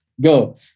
Go